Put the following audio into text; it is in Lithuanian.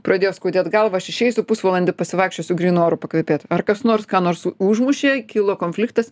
pradėjo skaudėt galvą aš išeisiu pusvalandį pasivaikščiosiu grynu oru pakvepėt ar kas nors ką nors užmušė kilo konfliktas